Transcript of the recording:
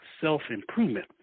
self-improvement